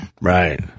right